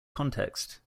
context